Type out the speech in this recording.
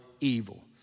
evil